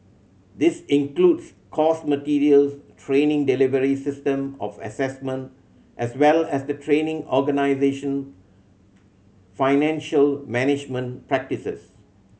this includes course materials training delivery system of assessment as well as the training organisation financial management practices